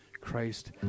Christ